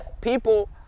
People